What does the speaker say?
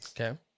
Okay